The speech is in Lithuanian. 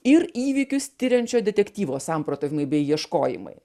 ir įvykius tiriančio detektyvo samprotavimai bei ieškojimai